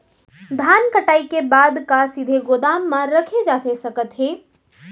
धान कटाई के बाद का सीधे गोदाम मा रखे जाथे सकत हे?